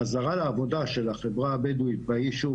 חזרה לעבודה של החברה הבדואית בישוב